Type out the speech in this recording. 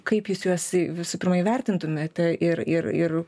kaip jūs juos visų pirma įvertintumėt ir ir ir